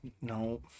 No